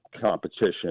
competition